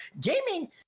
gaming